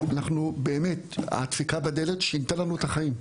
אנחנו, באמת, הדפיקה בדלת שינתה לנו את החיים.